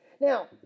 Now